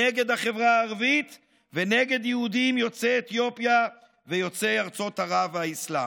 נגד החברה הערבית ונגד יהודים יוצאי אתיופיה ויוצאי ארצות ערב והאסלאם.